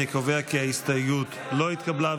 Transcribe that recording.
אני קובע כי ההסתייגות לא התקבלה.